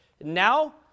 Now